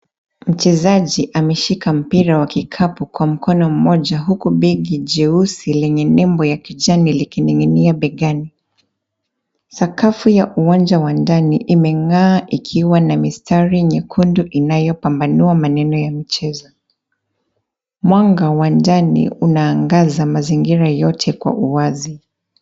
Mchezaji ameshika mpira wa kikapu kwa mkono mmoja huku begi jeusi lenye nembo ya kijani likining'inia begani. Sakafu ya uwanja wa ndani imeng'aa ikiwa ni mistari nyekundu inayopambanua maneno ya mchezo. Mwanga wa ndani unaangaza mazingira yote kwa uwazi.